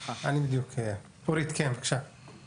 הסכם מסגרת שיסדיר את כל הפעילות